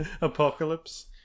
apocalypse